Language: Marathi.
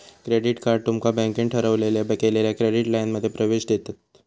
क्रेडिट कार्ड तुमका बँकेन ठरवलेल्या केलेल्या क्रेडिट लाइनमध्ये प्रवेश देतत